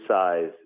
size